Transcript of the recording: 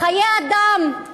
חיי אדם.